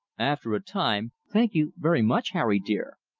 after a time, thank you very much, harry dear.